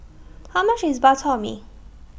How much IS Bak Chor Mee